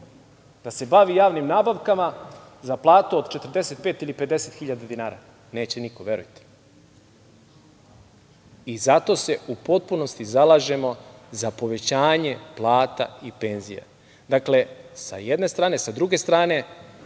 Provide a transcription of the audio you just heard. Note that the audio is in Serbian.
da se bavi javnim nabavkama za platu od 45.000 ili 50.000 dinara? Neće niko, verujte. Zato se u potpunosti zalažemo za povećanje plata i penzija, sa jedne strane. Sa druge strane,